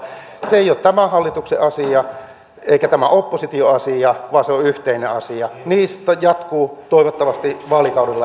se ei ole tämän hallituksen asia eikä tämän opposition asia vaan se on yhteinen asia ja jatkuu toivottavasti vaalikaudella jatkossakin